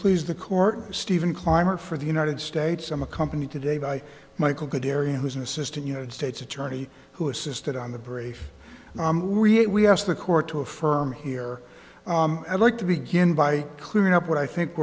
please the court stephen clymer for the united states some accompanied today by michael good area who's an assistant united states attorney who assisted on the brief period we asked the court to affirm here i'd like to begin by clearing up what i think